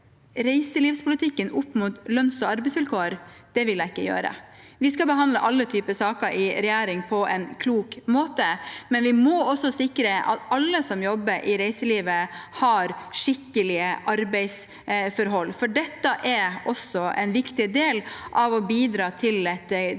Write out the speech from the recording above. reiselivspolitikken opp mot lønnsog arbeidsvilkår vil jeg ikke gjøre. I regjeringen skal vi behandle alle typer saker på en klok måte, men vi må også sikre at alle som jobber i reiselivet, har skikkelige arbeidsforhold. For dette er også en viktig del av å bidra til et